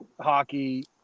hockey